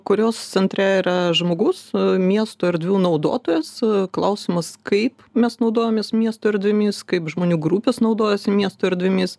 kurios centre yra žmogus miesto erdvių naudotojas klausimas kaip mes naudojamės miesto erdvėmis kaip žmonių grupės naudojasi miesto erdvėmis